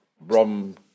rom